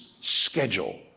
schedule